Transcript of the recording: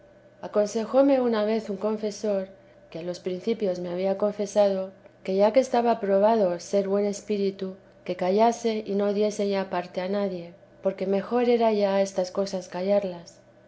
aconsejóme una vez un confesor que a los principios me había confesado que ya que estaba probado ser buen espíritu que callase y no diese ya parte a nadie porque mejor era ya estas cosas callarlas